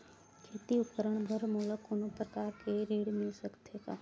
खेती उपकरण बर मोला कोनो प्रकार के ऋण मिल सकथे का?